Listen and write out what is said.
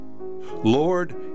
Lord